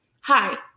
hi